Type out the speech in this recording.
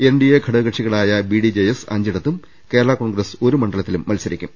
NDA ഘടകക്ഷികളായ BDJS അഞ്ചിടത്തും കേരളാ കോൺഗ്രസ് ഒന്നും മണ്ഡലത്തിലും മത്സരിക്കും